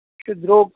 یہِ چھُ درٛۅگ